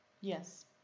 Yes